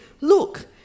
look